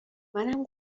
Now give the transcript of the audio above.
منم